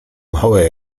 małe